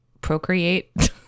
procreate